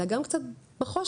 אלא גם קצת בחושך.